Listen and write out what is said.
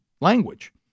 language